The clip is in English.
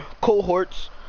cohorts